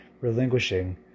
relinquishing